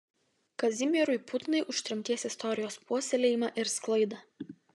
kazimierui putnai už tremties istorijos puoselėjimą ir sklaidą